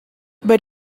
but